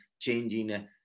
changing